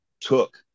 took